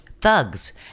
thugs